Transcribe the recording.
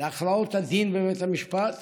ולהכרעות הדין בבית המשפט